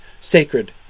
sacred